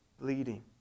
Bleeding